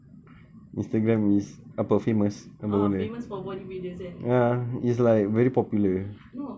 famous for body builders no